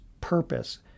purpose